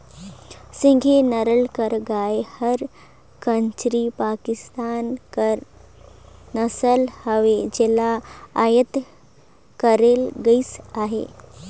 सिंघी नसल कर गाय हर कराची, पाकिस्तान कर नसल हवे जेला अयात करल गइस अहे